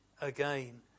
again